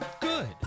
good